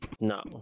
no